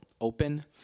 open